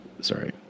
Sorry